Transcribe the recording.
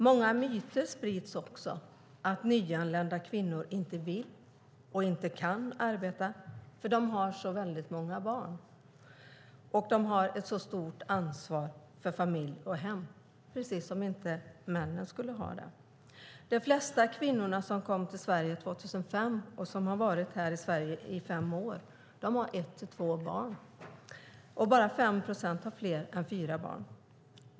Många myter sprids också om att nyanlända kvinnor inte vill och inte kan arbeta för att de har så många barn och ett så stort ansvar för familj och hem - precis som att männen inte skulle ha det. De flesta kvinnor som kom till Sverige 2005 och som har varit här i fem år har ett eller två barn. Bara 5 procent har fler än fyra barn.